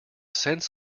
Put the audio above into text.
scents